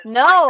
no